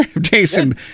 Jason